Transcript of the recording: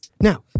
Now